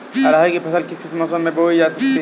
अरहर की फसल किस किस मौसम में बोई जा सकती है?